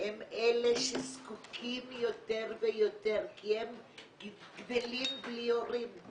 הם אלה שזקוקים יותר ויותר כי הם גדלים בלי הורים.